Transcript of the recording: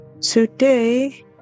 Today